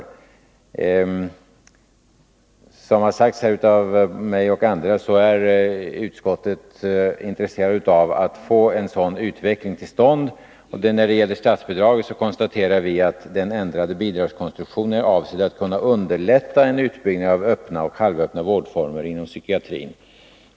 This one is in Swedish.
Såsom jag och andra har sagt här är utskottet intresserat av att få en sådan utveckling till stånd, och när det gäller statsbidrag konstaterar vi att den ändrade bidragskonstruktionen är avsedd att kunna underlätta en utbyggnad av öppna och halvöppna vårdformer inom psykiatrin.